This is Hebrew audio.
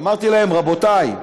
אמרתי להם: רבותי,